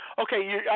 Okay